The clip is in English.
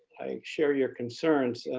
share your concerns.